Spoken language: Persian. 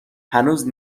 هنوز